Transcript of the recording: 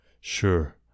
Sure